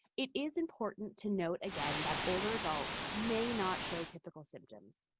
it is important to note again that older adults may not show typical symptoms.